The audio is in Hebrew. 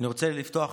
אני רוצה לפתוח